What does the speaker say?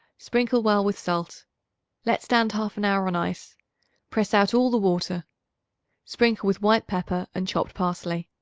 sprinkle well with salt let stand half an hour on ice press out all the water sprinkle with white pepper and chopped parsley.